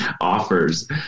offers